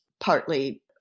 partly